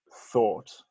thought